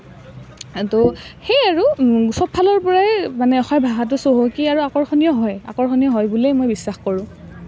তো সেই আৰু চবফালৰ পৰাই অসমীয়া ভাষাটো চহকী আৰু আকৰ্ষণীয় হয় আৰুআকৰ্ষণীয় হয় বুলিয়ে মই বিশ্বাস কৰোঁ